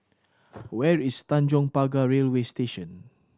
where is Tanjong Pagar Railway Station